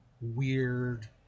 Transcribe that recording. weird